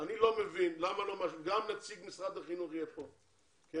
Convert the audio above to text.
וגם נציג משרד החינוך יהיה כאן וזה